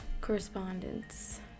correspondence